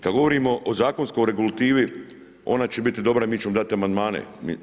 Kad govorimo o zakonskoj regulativi, ona će biti dobra i mi ćemo dati amandmane.